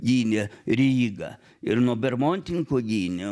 gynė rygą ir nuo bermontininkų gynė